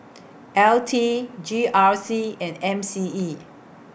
L T G R C and M C E